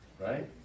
right